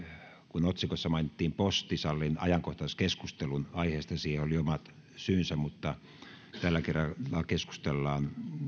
kun otsikossa mainittiin posti sallin ajankohtaiskeskustelun aiheesta oli omat syynsä mutta tällä kerralla keskustellaan